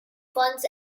funds